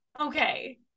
Okay